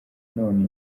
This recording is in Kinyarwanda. none